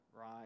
right